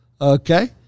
Okay